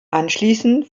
anschließend